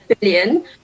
billion